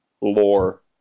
lore